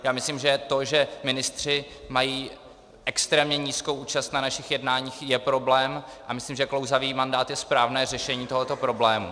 Já myslím, že to, že ministři mají extrémně nízkou účast na našich jednáních, je problém, a myslím, že klouzavý mandát je správné řešení tohoto problému.